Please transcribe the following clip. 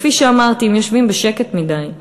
כפי שאמרתי, הם יושבים בשקט מדי.